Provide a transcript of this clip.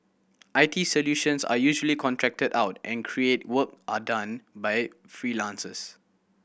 I T solutions are usually contracted out and creative work are done by freelancers